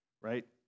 right